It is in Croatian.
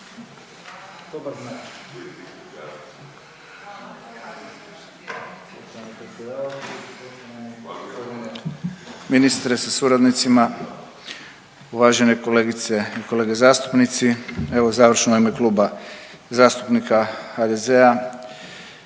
ministre sa suradnicima, uvažene kolegice i kolege zastupnici. Evo završno u ime Kluba zastupnika HDZ-a